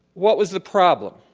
what was the problem?